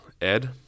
Ed